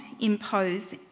impose